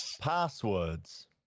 passwords